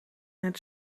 het